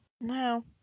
No